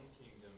kingdom